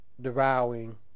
devouring